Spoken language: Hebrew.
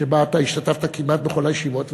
אתה השתתפת כמעט בכל הישיבות,